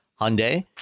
Hyundai